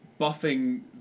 buffing